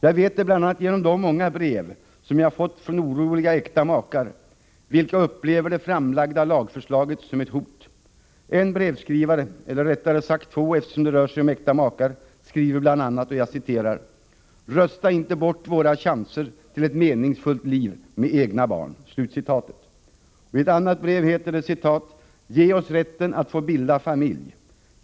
Jag vet det bl.a. genom de många brev som jag fått från oroliga äkta makar, vilka upplever det framlagda lagförslaget som ett hot. En brevskrivare — eller rättare sagt två, eftersom det rör sig om äkta makar — skriver bl.a.: ”Rösta inte bort våra chanser till ett meningsfullt liv med egna barn.”. I ett annat brev heter det bl.a.: ”Ge oss rätten att få bilda familj.